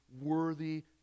worthy